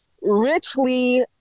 richly